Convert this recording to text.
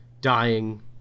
dying